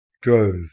drove